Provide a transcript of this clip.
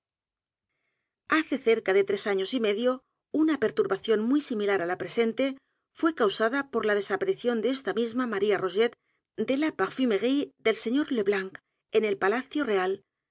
hace cerca de tres años y medio una perturbación m u y similar á la presente fué causada por la desaparición de esta misma maría rogét de la parfumerie del señor le blanc en el palacio real